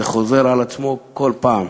זה חוזר על עצמו כל פעם.